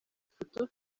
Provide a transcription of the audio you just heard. ifoto